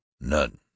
None